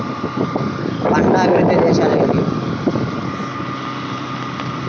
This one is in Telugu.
పంట అభివృద్ధి దశలు ఏమిటి?